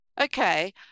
okay